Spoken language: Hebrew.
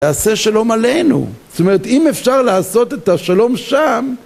תעשה שלום עלינו, זאת אומרת אם אפשר לעשות את השלום שם